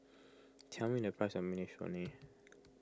tell me the price of Minestrone